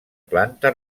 planta